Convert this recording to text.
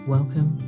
Welcome